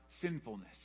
sinfulness